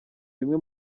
bimwe